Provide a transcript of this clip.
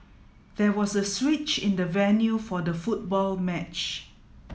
there was a switch in the venue for the football match